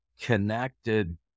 connected